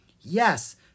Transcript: Yes